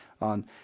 on